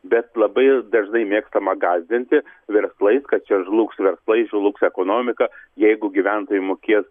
bet labai dažnai mėgstama gąsdinti verslais kad čia žlugs verslai žlugs ekonomika jeigu gyventojai mokės